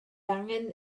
angen